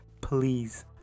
Please